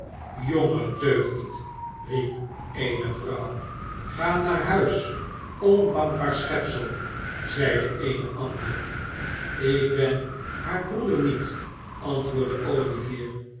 jonge deugniet riep eene vrouw ga naar huis ondankbaar schepsel zeide eene andere ik ben haar broeder niet antwoordde olivier